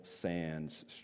sands